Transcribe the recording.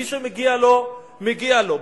מי שמגיע לו, מגיע לו.